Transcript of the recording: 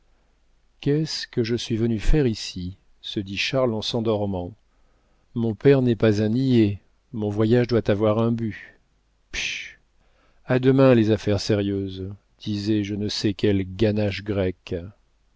qu'est-ce que je suis venu faire ici se dit charles en s'endormant mon père n'est pas un niais mon voyage doit avoir un but psch à demain les affaires sérieuses disait je ne sais quelle ganache grecque